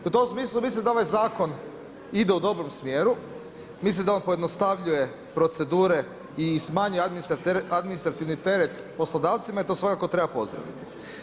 U tom smislu mislim da ovaj zakon ide u dobrom smjeru, mislim da on pojednostavljuje procedure i smanjuje administrativni teret poslodavcima i to svakako treba pozdraviti.